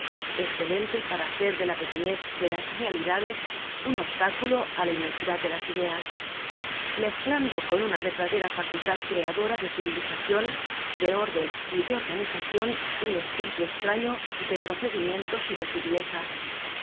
ministro escelente para hacer de la pequenez de las realidades un obstáculo á la inmensidad de las ideas mezclando con una verdadera facultad creadora de civilizacion de orden y de organizacion un espíritu estraño de procedimientos y de sutileza